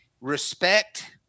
respect